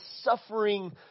suffering